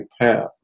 path